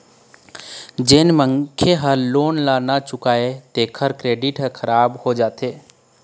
जेन मनखे ह लोन ल नइ चुकावय तेखर क्रेडिट ह खराब हो जाथे